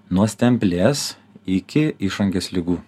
nuo stemplės iki išangės ligų